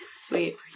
Sweet